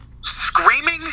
Screaming